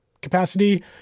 capacity